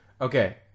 Okay